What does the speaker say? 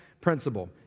principle